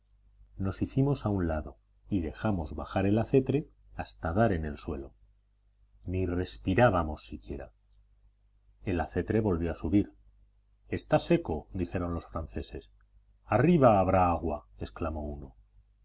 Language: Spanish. nos hicimos a un lado y dejamos bajar el acetre hasta dar en el suelo ni respirábamos siquiera el acetre volvió a subir está seco dijeron los franceses arriba habrá agua exclamó uno